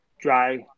dry